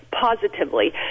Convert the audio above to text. positively